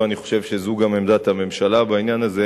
ואני חושב שזו גם עמדת הממשלה בעניין הזה,